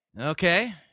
Okay